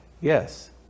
Yes